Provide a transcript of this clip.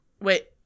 Wait